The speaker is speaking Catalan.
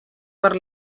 per